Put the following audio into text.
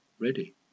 ready